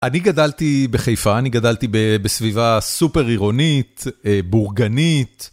אני גדלתי בחיפה, אני גדלתי בסביבה סופר עירונית, בורגנית.